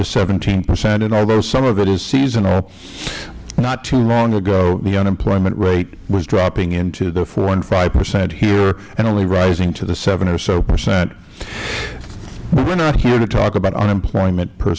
to seventeen percent and although some of it is seasonal not too long ago the unemployment rate was dropping into the four and five percent here and only rising to the seven or so percent but we are not here to talk about unemployment per